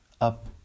up